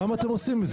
למה אתם עושים את זה?